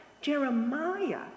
Jeremiah